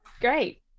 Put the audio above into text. great